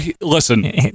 listen